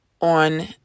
on